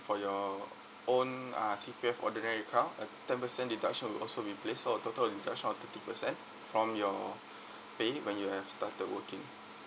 for your own uh C_P_F ordinary account and ten percent deduction will also be placed so a total deduction of thirty percent from your pay when you have started working